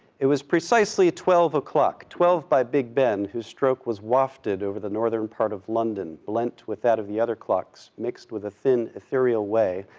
it was precisely twelve o'clock, twelve zero by big ben, whose stroke was wafted over the norther and part of london, blent with that of the other clocks, mixed with a thin, ethereal way,